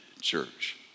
church